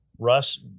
Russ